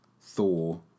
Thor